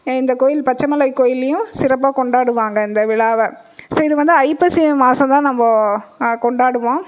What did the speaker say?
இந்த கோயில் பச்சைமலை கோயில்லேயும் சிறப்பாக கொண்டாடுவாங்கள் இந்த விழாவை ஸோ இது வந்து ஐப்பசி மாசம் தான் நம்ப கொண்டாடுவோம்